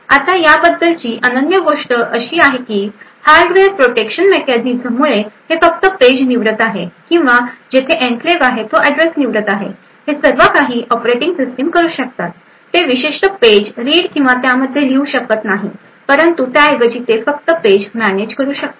आता या बद्दलची अनन्य गोष्ट अशी आहे की हार्डवेअर प्रोटेक्शन मेकॅनिझममुळे हे फक्त पेज निवडत आहे किंवा जेथे एनक्लेव्ह आहे तो ऍड्रेस निवडत आहे हे सर्व काही ऑपरेटिंग सिस्टिम करू शकतात ते विशिष्ट पेज रीड किंवा त्यामध्ये काही लिहू शकत नाही परंतु त्याऐवजी ते फक्त पेज मॅनेज करू शकतात